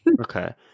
Okay